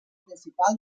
principal